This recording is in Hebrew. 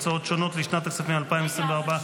הוצאות שונות לשנת הכספים 2024 --- רגע,